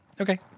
Okay